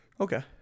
Okay